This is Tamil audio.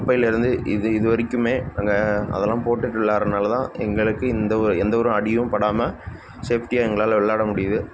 அப்பலேருந்து இது இது வரைக்குமே நாங்கள் அதெல்லாம் போட்டுகிட்டு விளாட்றனால தான் எங்களுக்கு எந்த ஒரு எந்த ஒரு அடியும் படாமல் சேஃப்டியாக எங்களால் விளாட முடியுது